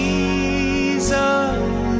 Jesus